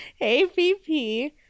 A-P-P